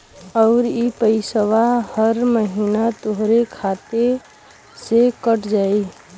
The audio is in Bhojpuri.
आउर इ पइसवा हर महीना तोहरे खाते से कट जाई